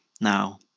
Now